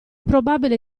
probabile